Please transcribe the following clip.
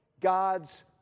God's